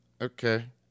Okay